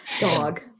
dog